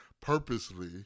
purposely